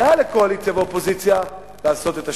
מעל לקואליציה ואופוזיציה, לעשות את השינוי.